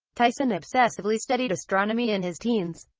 tyson obsessively studied astronomy in his teens,